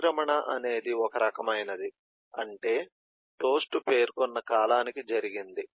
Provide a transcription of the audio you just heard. నిష్క్రమణ అనేది ఒక రకమైనది అంటే టోస్ట్ పేర్కొన్న కాలానికి జరిగింది